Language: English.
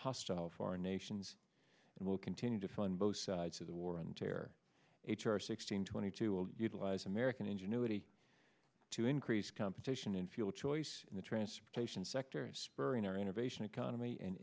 hostile foreign nations and will continue to fund both sides of the war on terror h r six hundred twenty two will utilize american ingenuity to increase competition in fuel choice in the transportation sector and spurring our innovation economy and